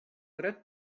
grut